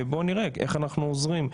ובוא נראה איך אנחנו עוזרים,